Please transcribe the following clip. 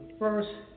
First